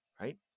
right